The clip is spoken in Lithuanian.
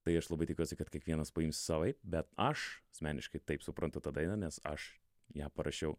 tai aš labai tikiuosi kad kiekvienas savaip bet aš asmeniškai taip suprantu tą dainą nes aš ją parašiau